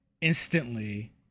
instantly